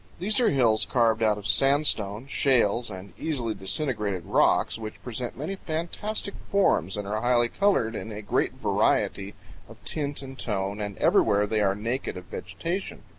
these are hills carved out of sandstone, shales, and easily disintegrated rocks, which present many fantastic forms and are highly colored in a great variety of tint and tone, and everywhere they are naked of vegetation.